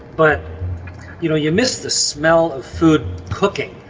but you know you miss the smell of food cooking,